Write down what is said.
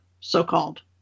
so-called